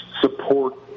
support